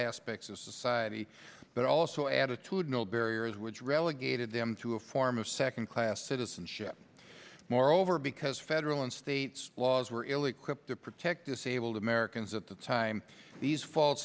aspects of society but also attitudinal barriers which relegated them to a form of second class citizenship moreover because federal and state laws were ill equipped to protect disabled americans at the time these fal